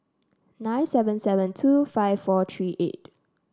nine seven seven two five four three eight